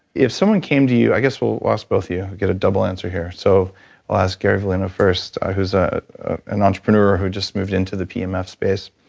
if someone came to you, i guess we'll we'll ask both of you, get a double answer here so i'll ask gary volino first, ah who's ah an entrepreneur who just moved into the pmf space,